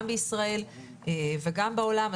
גם בישראל וגם בעולם.